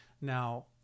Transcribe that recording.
Now